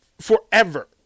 forever